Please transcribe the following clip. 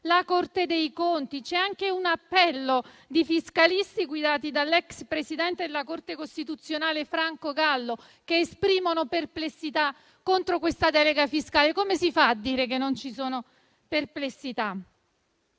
dalla Corte dei conti. C'è stato anche un appello di fiscalisti guidati dall'ex presidente della Corte costituzionale Franco Gallo, che hanno espresso perplessità contro questa delega fiscale. Come si fa a dire che non ci sono perplessità?